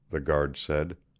the guard said.